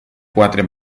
quatre